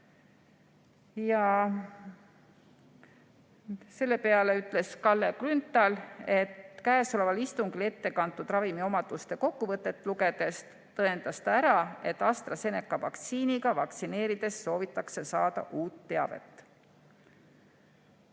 Selle peale ütles Kalle Grünthal, et istungil ette kantud ravimiomaduste kokkuvõtet lugedes tõendas ta ära, et AstraZeneca vaktsiiniga vaktsineerides soovitakse saada uut teavet.